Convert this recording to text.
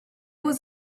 was